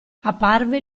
apparve